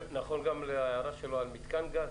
זה נכון גם להערה שלו על מיתקן גז?